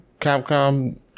Capcom